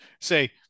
say